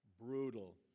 brutal